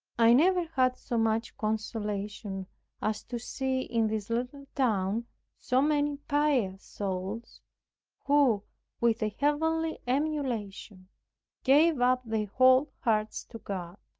i never had so much consolation as to see in this little town so many pious souls who with a heavenly emulation gave up their whole hearts to god.